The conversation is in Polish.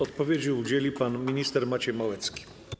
Odpowiedzi udzieli pan minister Maciej Małecki.